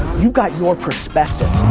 you've got your perspective.